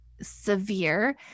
severe